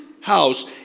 house